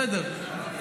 בסדר,